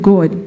God